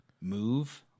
move